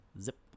Zip